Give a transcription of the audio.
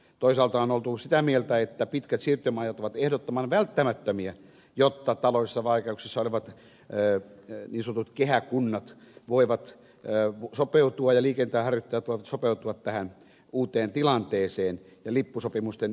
toisaalta on oltu sitä mieltä että pitkät siirtymäajat ovat ehdottoman välttämättömiä jotta taloudellisissa vaikeuksissa olevat niin sanotut kehäkunnat voivat sopeutua ja liikenteenharjoittajat voivat sopeutua tähän uuteen tilanteeseen ja lippusopimusten järjestämistapoihin